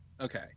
Okay